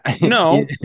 No